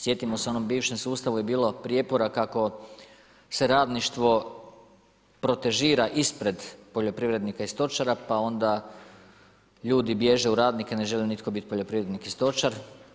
Sjetimo se u onom bivšem sustavu je bilo prijepora kako se radništvo protežira ispred poljoprivrednika i stočara, pa onda ljudi biježe u radnike, ne želi nitko biti poljoprivrednik i stočar.